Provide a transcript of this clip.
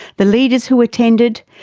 the leaders who attended,